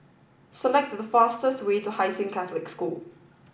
select the fastest way to Hai Sing Catholic School